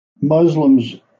Muslims